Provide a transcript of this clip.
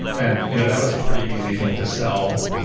and you know that was a pretty easy thing to sell.